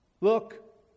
Look